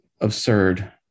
absurd